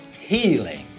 healing